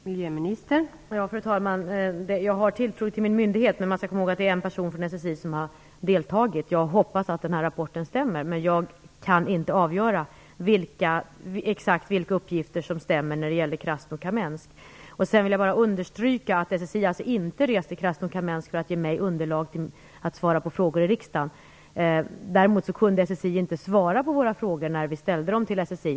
Fru talman! Jag har tilltro till min myndighet, men man skall komma ihåg att det är en person från SSI som har deltagit. Jag hoppas att den här rapporten stämmer. Men jag kan inte avgöra exakt vilka uppgifter som stämmer när det gäller Krasnokamensk. Jag vill understryka att SSI inte reste till Krasnokamensk för att ge mig underlag för att svara på frågor i riksdagen. Däremot kunde SSI inte svara på våra frågor när vi ställde dem till SSI.